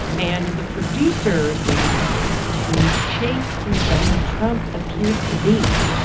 and the producers were the way to shape who donald trump appeared to be.